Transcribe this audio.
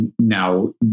Now